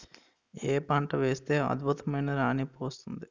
ఏ పంట వేస్తే అద్భుతమైన రాణింపు వస్తుంది?